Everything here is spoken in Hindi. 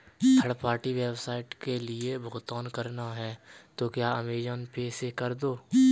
थर्ड पार्टी वेबसाइट के लिए भुगतान करना है तो क्या अमेज़न पे से कर दो